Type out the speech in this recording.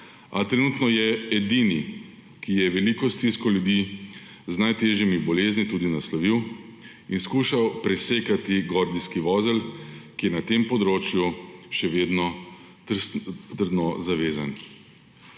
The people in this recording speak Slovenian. a trenutno je edini, ki je veliko stisko ljudi z najtežjimi bolezni tudi naslovil in poskušal presekati gordijski vozel, ki je na tem področju še vedno trdno zavezan.